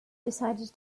decided